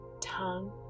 tongue